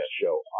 show